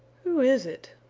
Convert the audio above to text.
who is it?